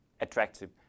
attractive